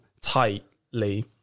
tightly